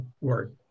work